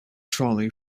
trolley